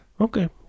Okay